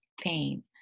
pain